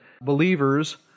believers